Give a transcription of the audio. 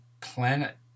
planet